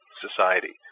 society